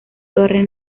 torres